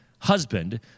husband